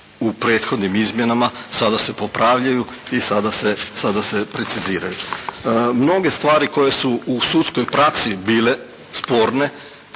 u prethodnim izmjenama sada se popravljaju i sada preciziraju. Mnoge stvari koje su u sudskoj praksi bile sporne,